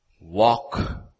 Walk